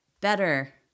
better